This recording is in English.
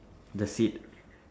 the seed